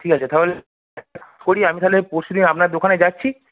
ঠিক আছে তাহলে এক কাজ করি আমি তাহলে পরশু দিন আপনার দোকানে যাচ্ছি